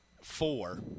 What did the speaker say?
four